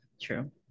True